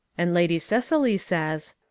and lady cicely says,